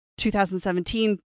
2017